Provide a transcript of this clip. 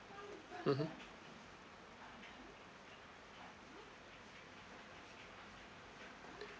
mmhmm